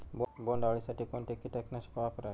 बोंडअळी साठी कोणते किटकनाशक वापरावे?